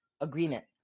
agreement